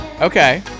Okay